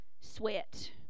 sweat